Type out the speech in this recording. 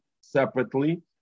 separately